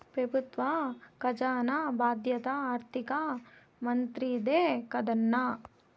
పెబుత్వ కజానా బాధ్యత ఆర్థిక మంత్రిదే కదన్నా